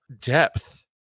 depth